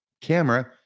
camera